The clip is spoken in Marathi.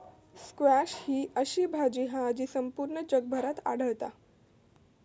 स्क्वॅश ही अशी भाजी हा जी संपूर्ण जगभर आढळता